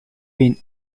been